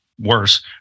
worse